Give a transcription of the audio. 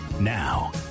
Now